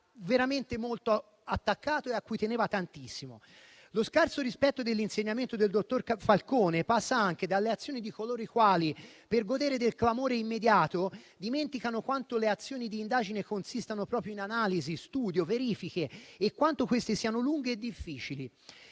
veramente molto attaccato e a cui teneva tantissimo. Lo scarso rispetto dell'insegnamento del dottor Falcone passa anche dalle azioni di coloro i quali, per godere del clamore immediato, dimenticano quanto le azioni di indagine consistano proprio in analisi, studio, verifiche e quanto queste siano lunghe e difficili.